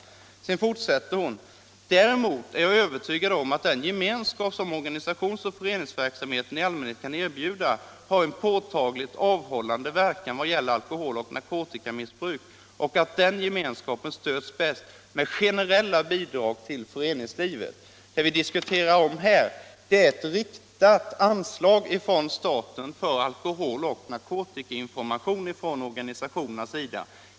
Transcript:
Därefter fortsätter hon: ”Däremot är jag övertygad om att den gemenskap som organisationsoch föreningsverksamheten i allmänhet kan erbjuda har en påtagligt avhållande verkan vad gäller alkoholoch narkotikamissbruk och att den gemenskapen stöds bäst med generella bidrag till föreningslivet.” Vad vi här diskuterar är ett riktat anslag från staten för alkoholoch narkotikainformation från organisationernas sida.